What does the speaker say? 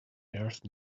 earth